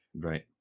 Right